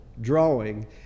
drawing